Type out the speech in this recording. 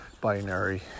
binary